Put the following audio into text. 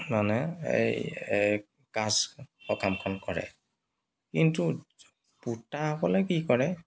মানে কাজ সকামখন কৰে কিন্তু পোতাসকলে কি কৰে